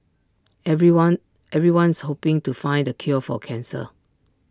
everyone everyone's hoping to find the cure for cancer